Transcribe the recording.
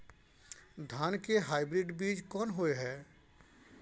धान के हाइब्रिड बीज कोन होय है?